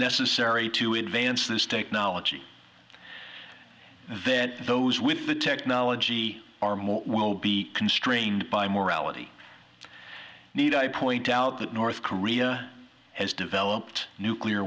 necessary to advance this technology that those with the technology are more will be constrained by morality need i point out that north korea has developed nuclear